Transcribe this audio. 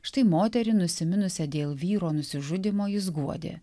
štai moterį nusiminusią dėl vyro nusižudymo jis guodė